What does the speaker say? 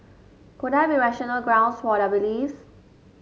could there be rational grounds for their beliefs